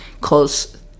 cause